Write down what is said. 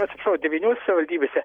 atsiprašau devyniose savivaldybėse